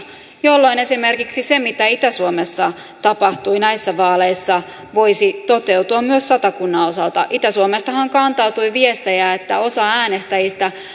jolloin esimerkiksi se mitä itä suomessa tapahtui näissä vaaleissa voisi toteutua myös satakunnan osalta itä suomestahan kantautui viestejä että osa äänestäjistä